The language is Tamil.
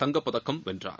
தங்கப்பதக்கம் வென்றார்